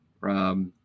Rob